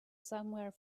somewhere